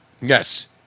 Yes